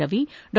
ರವಿ ಡಾ